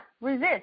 resist